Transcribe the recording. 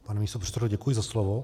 Pane místopředsedo, děkuji za slovo.